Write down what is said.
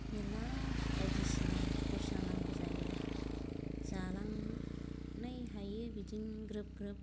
मेल्ला बायदिसिना खरसा नांगौ जायो जालांनै हायै बिदि ग्रोब ग्रोब